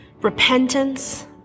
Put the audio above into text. repentance